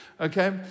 Okay